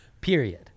period